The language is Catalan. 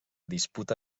disputa